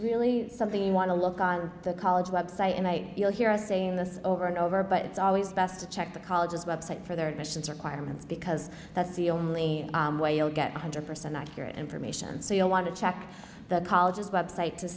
really something you want to look on the college website and i you'll hear us saying this over and over but it's always best to check the college's website for their admissions requirements because that's the only way you'll get one hundred percent accurate information so you'll want to check the colleges website to